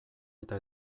eta